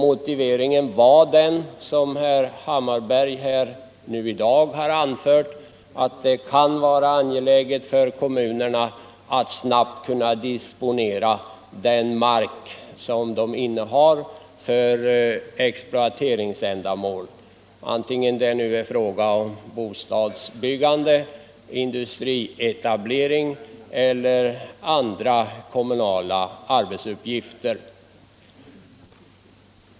Motiveringen var den som herr Hammarberg i dag har anfört, nämligen att det kan vara angeläget för kommunerna att snabbt få disponera den mark som de innehar för exploateringsändamål, antingen det nu gäller bostadsbyggande, industrietablering eller andra kommunala uppgifter.